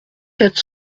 quatre